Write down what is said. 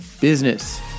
Business